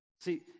See